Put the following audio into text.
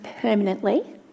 permanently